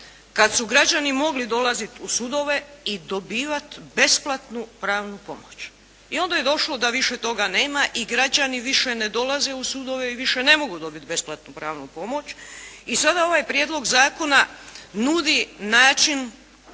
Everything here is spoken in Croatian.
kada su građani mogli dolaziti u sudove i dobivati besplatnu pravnu pomoć i onda je došlo da više toga nema i građani više ne dolaze u sudove i više ne mogu dobiti besplatnu pravnu pomoć. I sada ovaj prijedlog zakona nudi način